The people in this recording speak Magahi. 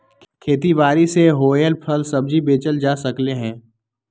खेती बारी से होएल फल सब्जी बेचल जा सकलई ह